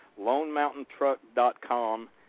LoneMountainTruck.com